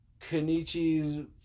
Kenichi's